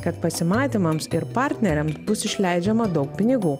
kad pasimatymams ir partneriam bus išleidžiama daug pinigų